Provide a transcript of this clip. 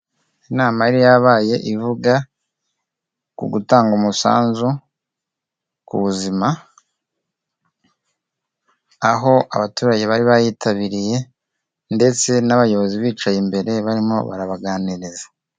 Inama yari yabaye ivuga ku gutanga umusanzu ku buzima, aho abaturage bari bayitabiriye ndetse n'abayobozi bicaye imbere barimo barabaganiriza.